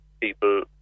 people